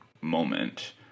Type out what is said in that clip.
moment